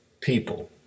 people